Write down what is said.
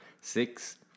six